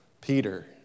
Peter